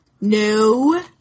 No